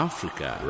Africa